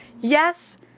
yes